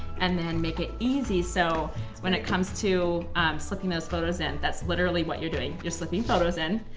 and then make it easy so when it comes to slipping those photos in, that's literally what you're doing. you're slipping photos in,